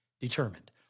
determined